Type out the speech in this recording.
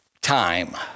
time